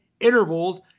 intervals